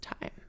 time